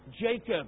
Jacob